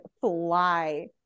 fly